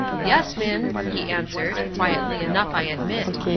yes, minn, he answered, quietly enough, i admit.